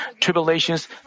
tribulations